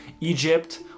Egypt